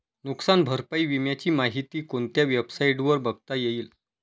नुकसान भरपाई विम्याची माहिती कोणत्या वेबसाईटवर बघता येईल?